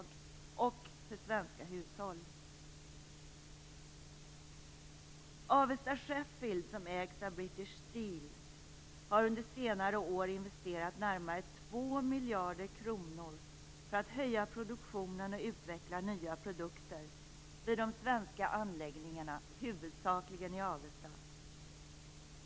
Avesta Sheffield, som ägs av British Steel, har under senare år investerat närmare 2 miljarder kronor för att höja produktionen och utveckla nya produkter vid de svenska anläggningarna, huvudsakligen i Avesta.